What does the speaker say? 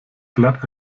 glatt